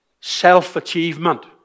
self-achievement